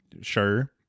sure